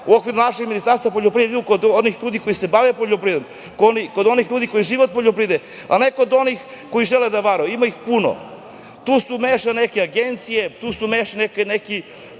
u okviru našeg Ministarstva poljoprivrede idu kod onih ljudi koji se bave poljoprivredom, kod onih ljudi koji žive od poljoprivrede, a ne kod onih koji žele da varaju, a ima ih puno. Tu su umešane neke agencije, tu su umešani neki